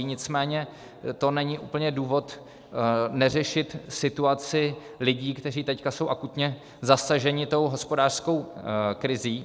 Nicméně to není úplně důvod neřešit situaci lidí, kteří teď jsou akutně zasaženi tou hospodářskou krizí.